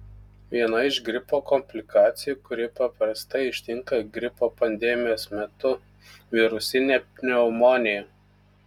viena iš gripo komplikacijų kuri paprastai ištinka gripo pandemijos metu virusinė pneumonija